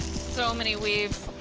so many weaves.